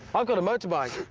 i've got a motorbike.